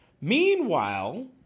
Meanwhile